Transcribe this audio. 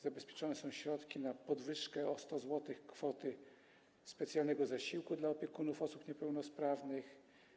Zabezpieczone są środki na podwyżkę o 100 zł kwoty specjalnego zasiłku dla opiekunów osób niepełnosprawnych.